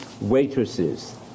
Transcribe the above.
waitresses